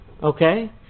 okay